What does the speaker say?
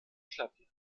klavier